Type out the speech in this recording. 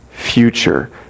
Future